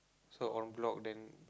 so en-bloc then